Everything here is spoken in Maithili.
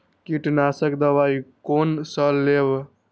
कीट नाशक दवाई कोन सा लेब?